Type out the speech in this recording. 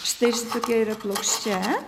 štai šitokia yra plokščia